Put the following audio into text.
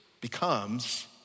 becomes